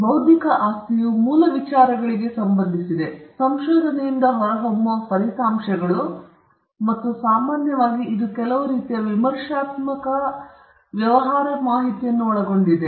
ಬೌದ್ಧಿಕ ಆಸ್ತಿಯು ಮೂಲ ವಿಚಾರಗಳಿಗೆ ಸಂಬಂಧಿಸಿದೆ ಸಂಶೋಧನೆಯಿಂದ ಹೊರಹೊಮ್ಮುವ ಫಲಿತಾಂಶಗಳು ಮತ್ತು ಸಾಮಾನ್ಯವಾಗಿ ಇದು ಕೆಲವು ರೀತಿಯ ವಿಮರ್ಶಾತ್ಮಕ ವ್ಯವಹಾರ ಮಾಹಿತಿಯನ್ನು ಒಳಗೊಂಡಿದೆ